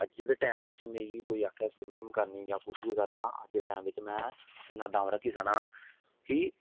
अज्ज दे टाइम बिच मिगी कोई आक्खै स्बिमिंग करनी जां कुछ बी करना अज्ज दे टाइम च में इन्ना दम रक्खी सकना कि